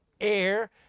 air